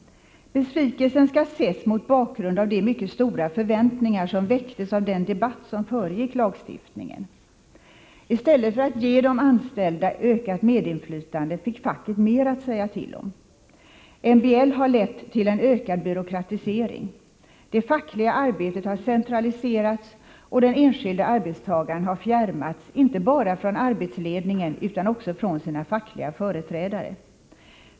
Besvikelsen skall ses mot bakgrund av de mycket stora förväntningar som väcktes av den debatt som föregick lagstiftningen. I stället för att de anställda gavs ökat medinflytande fick facket mer att säga till om. MBL har lett till en ökad byråkratisering. Det fackliga arbetet har centraliserats, och den enskilde arbetstagaren har fjärmats inte bara från arbetsledningen utan också från sina fackliga företrädare.